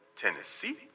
Tennessee